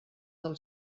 del